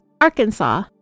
arkansas